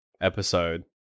episode